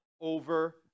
over